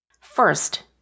First